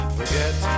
Forget